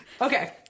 Okay